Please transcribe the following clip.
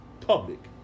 public